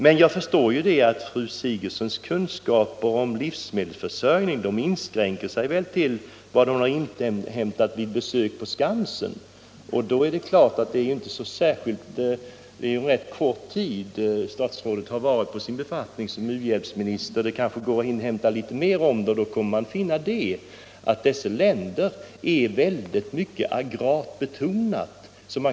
Men jag förstår att fru Sigurdsens kunskaper om livsmedelsförsörjning väl inskränker sig till vad hon inhämtat vid besök på Skansen. Det är också en rätt kort tid statsrådet innehaft sin befattning som uhjälpsminister. Men det kanske går att inhämta litet mer kunskaper. Då kommer statsrådet att finna att dessa länder är mycket agrart betonade.